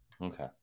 Okay